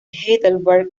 heidelberg